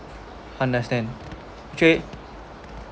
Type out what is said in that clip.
understand actually